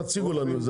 תציגו לנו אותם.